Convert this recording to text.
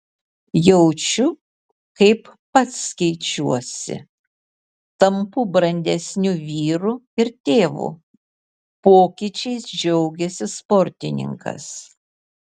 jaučiu kaip pats keičiuosi tampu brandesniu vyru ir tėvu pokyčiais džiaugėsi sportininkas